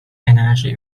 enerji